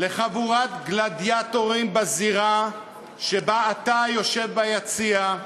לחבורת גלדיאטורים בזירה שבה אתה יושב ביציע,